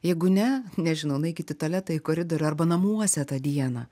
jeigu ne nežinau nueikit į tualetą į koridorių arba namuose tą dieną